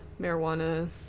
marijuana